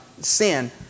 sin